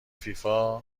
فیفا